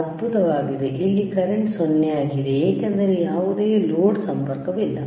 ಅದ್ಭುತವಾಗಿದೆ ಇಲ್ಲಿ ಕರೆಂಟ್ 0 ಆಗಿದೆ ಏಕೆಂದರೆ ಯಾವುದೇ ಲೋಡ್ ಸಂಪರ್ಕವಿಲ್ಲ